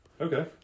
Okay